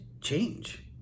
change